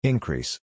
Increase